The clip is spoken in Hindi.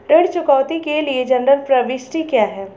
ऋण चुकौती के लिए जनरल प्रविष्टि क्या है?